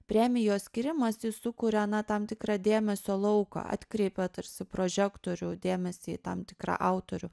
premijos skyrimas jis sukuria na tam tikrą dėmesio lauką atkreipia tarsi prožektorių dėmesį į tam tikrą autorių